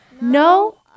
No